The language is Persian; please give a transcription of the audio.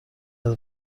این